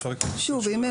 זה לא לפרק.